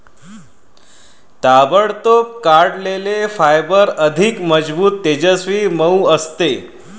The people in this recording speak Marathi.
ताबडतोब काढलेले फायबर अधिक मजबूत, तेजस्वी, मऊ असते